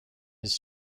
his